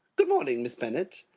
good morning, miss bennet.